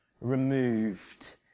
removed